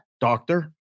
doctor